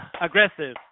aggressive